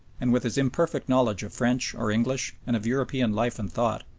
and with his imperfect knowledge of french or english and of european life and thought,